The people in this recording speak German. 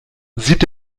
sieht